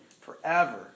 forever